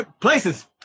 Places